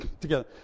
together